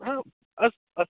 हा अस्ति अस्ति